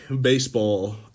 baseball